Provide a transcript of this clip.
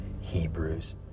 Hebrews